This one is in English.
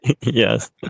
yes